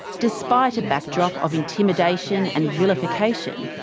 despite a backdrop of intimidation and vilification,